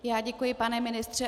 I já děkuji, pane ministře.